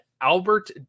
Albert